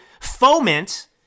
foment